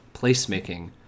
placemaking